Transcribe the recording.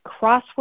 crossword